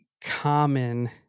common